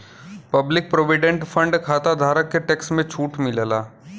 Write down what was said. public provident fund खाताधारक के tax में छूट मिलला